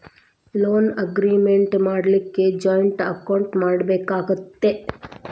Loan agreement ಮಾಡ್ಲಿಕ್ಕೆ joint account ಮಾಡ್ಬೆಕಾಕ್ಕತೇ?